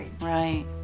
Right